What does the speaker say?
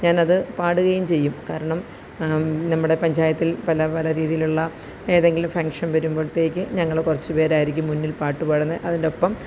ഞാനത് പാടുകയും ചെയ്യും കാരണം നമ്മുടെ പഞ്ചായത്തിൽ പല പല രീതിയിലുള്ള ഏതെങ്കിലും ഫംഗ്ഷൻ വരുമ്പോഴത്തേക്ക് ഞങ്ങൾ കുറച്ചു പേരായിരിക്കും മുന്നിൽ പാട്ടുപാടുന്നെ അതിൻ്റെ ഒപ്പം